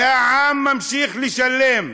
והעם ממשיך לשלם.